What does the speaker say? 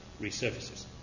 resurfaces